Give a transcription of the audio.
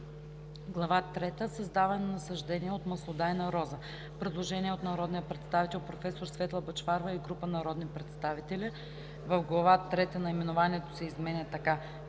трета – Създаване на насаждения от маслодайна роза“. Има предложение от народния представител професор Светла Бъчварова и група народни представители: В Глава трета наименованието се изменя така: